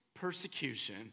persecution